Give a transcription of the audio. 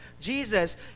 Jesus